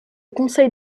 conseil